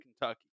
Kentucky